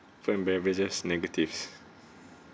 food and beverages negatives